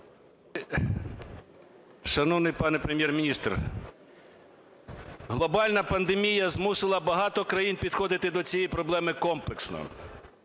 Шановний пане Прем'єр-міністр, глобальна пандемія змусила багато країн підходити до цієї проблеми комплексно.